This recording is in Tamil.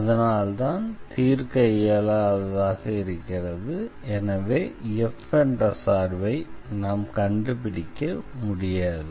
எனவே இது தீர்க்க இயலாததாக இருக்கிறது எனவே f என்ற சார்பை நாம் கண்டுபிடிக்க முடியாது